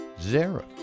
Zara